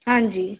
ਹਾਂਜੀ